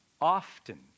often